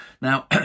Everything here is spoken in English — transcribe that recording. now